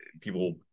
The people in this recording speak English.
People